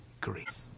grace